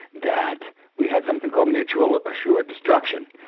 that we had something for our mutual assured destruction,